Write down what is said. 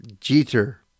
Jeter